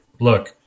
look